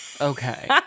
Okay